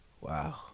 Wow